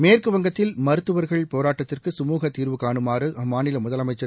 மேற்குவங்கத்தில் மருத்துவர்கள் போராட்டத்திற்கு சுமுக தீர்வுகாணுமாறு அம்மாநில முதலமைச்சர்